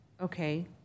okay